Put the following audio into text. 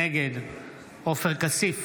נגד עופר כסיף,